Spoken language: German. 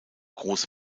große